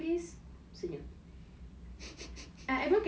dia tak dia bukan online ah dia dia dia dia tengah tidur ke apa